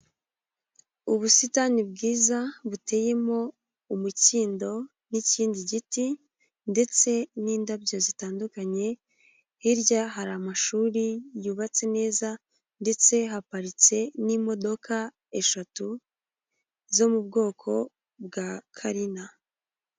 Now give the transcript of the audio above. Ubusitani bwiza buteyemo umukindo n'ikindi giti, ndetse n'indabyo zitandukanye hirya hari amashuri yubatse neza ndetse haparitse n'imodoka eshatu zo mu bwoko bwa karina.